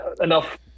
enough